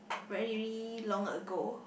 very long ago